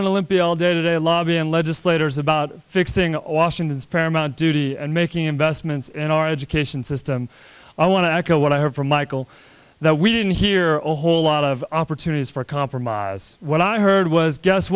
limpid all day today lobby and legislators about fixing washington's paramount duty and making investments in our education system i want to echo what i heard from michael though we didn't hear all whole lot of opportunities for compromise what i heard was guess